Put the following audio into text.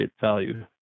value